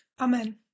Amen